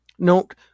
Note